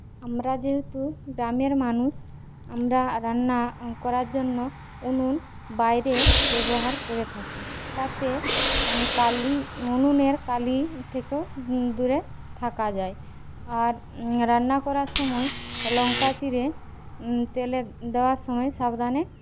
আমরা যেহেতু গ্রামের মানুষ আমরা রান্না করার জন্য উনুন বাইরে ব্যবহার করে থাকি তাতে কালি উনুনের কালি থেকেও দূরে থাকা যায় আর রান্না করার সময় লঙ্কা চিরে তেলে দেওয়ার সময়ে সাবধানে